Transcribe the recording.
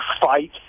fight